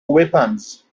weapons